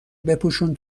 بپوشون